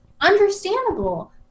understandable